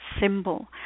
symbol